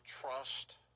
trust